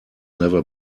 never